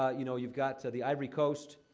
ah you know, you've got so the ivory coast.